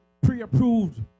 pre-approved